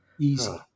Easy